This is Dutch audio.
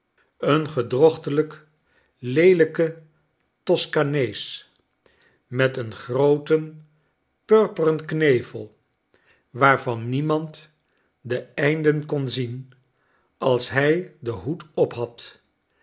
een gedrochtelijk leelijke toskanees met een grooten purperen knevel waarvan niemand de einden kon zien als hij den hoed'ophad maakte ik